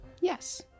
Yes